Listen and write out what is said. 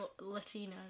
Latino